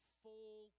full